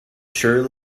sure